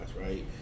right